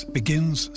begins